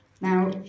Now